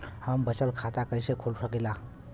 हम बचत खाता कईसे खोल सकिला?